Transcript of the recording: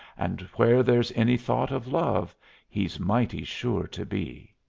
and where there's any thought of love he's mighty sure to be.